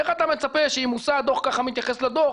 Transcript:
איך אתה מצפה שאם מושא הדוח כך מתייחס לדוח,